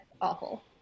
awful